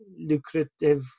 lucrative